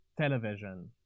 television